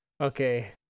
Okay